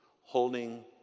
holding